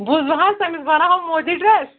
بوٗزوٕ حظ تٔمِس بَناوہو مودی ڈرٛٮ۪س